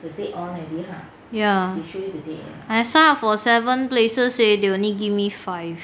ya I sign up for seven places already they only give me five